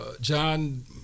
John